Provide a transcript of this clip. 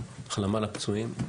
החלמה לפצועים,